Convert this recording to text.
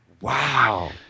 Wow